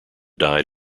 died